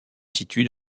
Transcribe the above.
situe